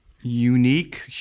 unique